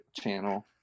channel